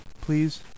please